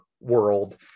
world